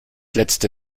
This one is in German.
letzte